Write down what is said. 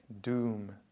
doom